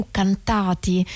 cantati